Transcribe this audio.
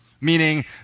meaning